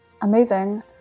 Amazing